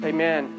Amen